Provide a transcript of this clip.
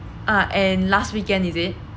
uh and last weekend is it